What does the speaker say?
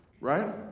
right